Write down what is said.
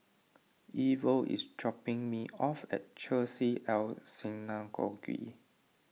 Ivor is dropping me off at Chesed El Synagogue